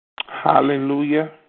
Hallelujah